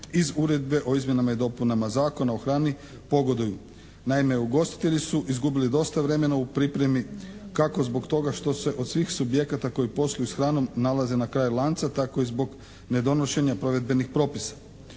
iz Uredbe o izmjenama i dopunama Zakona o hrani pogoduju. Naime, ugostitelji su izgubili dosta vremena u pripremi kako zbog toga što se od svih subjekata koji posluju s hranom nalaz e na kraju lanca, tako i zbog nedonošenja provedbenih propisa.